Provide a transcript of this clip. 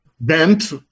bent